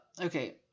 okay